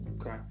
Okay